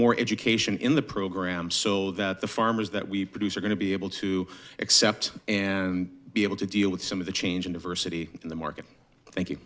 more education in the program so that the farmers that we produce are going to be able to accept and be able to deal with some of the change in diversity in the market thank